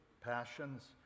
passions